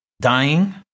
dying